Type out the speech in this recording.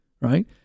right